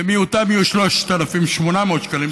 ומיעוטן יהיו 3,800 שקלים,